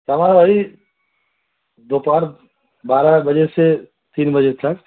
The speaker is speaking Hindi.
समय वही दोपहर बारह बजे से तीन बजे तक